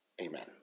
amen